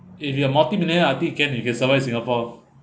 if you are multiple millionaire I think you can you can survive singapore